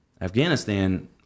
Afghanistan